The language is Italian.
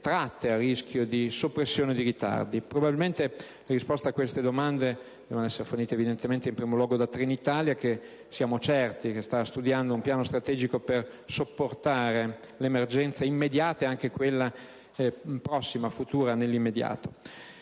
tratte a rischio di soppressione o ritardi. Probabilmente le risposte a queste domande devono essere fornite in primo luogo da Trenitalia che - ne siamo certi - sta studiando un piano strategico per supportare l'emergenza immediata e anche quella prossima futura. Ci auguriamo